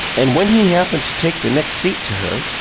and when he happened to take the next seat to her,